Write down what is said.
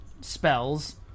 spells